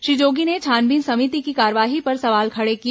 श्री जोगी ने छानबीन समिति की कार्रवाई पर सवाल खड़े किए